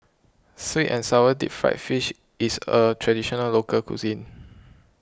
Sweet and Sour Deep Fried Fish is a Traditional Local Cuisine